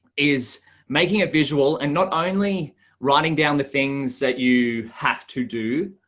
is making a visual and not only writing down the things that you have to do